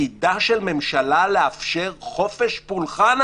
תפקידה של ממשלה לאפשר חופש פולחן,